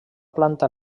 planta